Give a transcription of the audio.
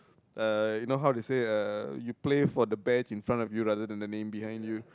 uh you know how they say uh you play for the best in front of you rather than the name behind you